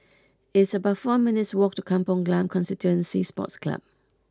it's about four minutes' walk to Kampong Glam Constituency Sports Club